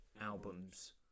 albums